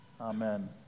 Amen